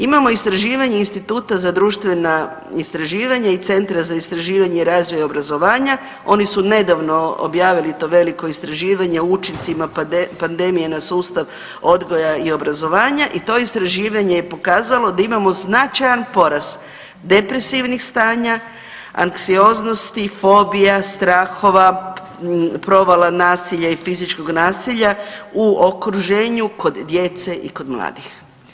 Imamo istraživanje Instituta za društvena istraživanja i Centra za istraživanje razvoja obrazovanja, oni su nedavno objavili to veliko istraživanje o učincima pandemije na sustav odgoja i obrazovanja i to istraživanje je pokazalo da imamo značajan porast depresivnih stanja, anksioznosti, fobija, strahova, provala, nasilja i fizičkog nasilja u okruženju kod djece i kod mladih.